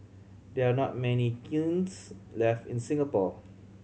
there are not many kilns left in Singapore